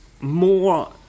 more